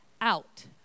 out